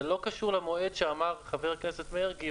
זה לא קשור למועד שאמר חבר הכנסת מרגי,